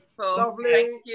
Lovely